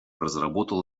разработал